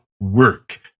work